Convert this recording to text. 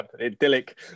Idyllic